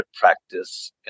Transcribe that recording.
practice